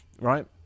right